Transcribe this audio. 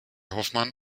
hoffmann